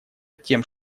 тем